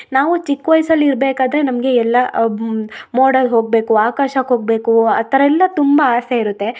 ನಾವು ಚಿಕ್ಕ ವಯ್ಸಲ್ಲಿ ಇರಬೇಕಾದ್ರೆ ನಮಗೆ ಎಲ್ಲ ಮೋಡ ಹೋಗ್ಬೇಕು ಆಕಾಶಕ್ಕೆ ಹೋಗ್ಬೇಕು ಆ ಥರ ಎಲ್ಲ ತುಂಬ ಆಸೆ ಇರುತ್ತೆ